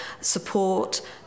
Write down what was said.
support